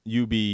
UB